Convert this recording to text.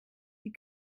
die